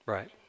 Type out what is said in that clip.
Right